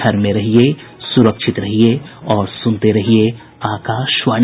घर में रहिये सुरक्षित रहिये और सुनते रहिये आकाशवाणी